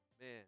Man